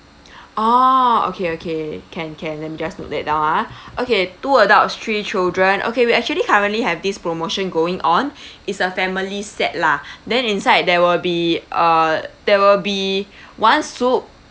oh okay okay can can let me just note that down ah okay two adults three children okay we actually currently have this promotion going on is a family's set lah then inside there will be uh there will be one soup